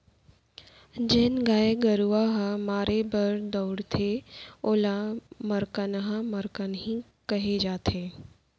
जेन गाय गरूवा ह मारे बर दउड़थे ओला मरकनहा मरकनही कहे जाथे